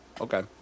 Okay